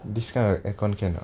this kind of aircon can or not